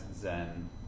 Zen